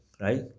right